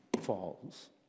falls